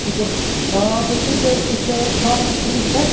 شُکُر آ بِلکُل ٹھیٖک أسۍ چھِ کار سٔروِس پٮ۪ٹھ